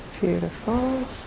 Beautiful